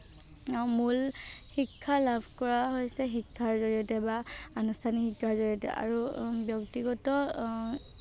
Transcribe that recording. মূল শিক্ষা লাভ কৰা হৈছে শিক্ষাৰ জৰিয়তে বা আনুষ্ঠানিক শিক্ষাৰ জৰিয়তে আৰু ব্যক্তিগত